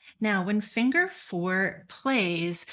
now when finger four plays,